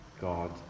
God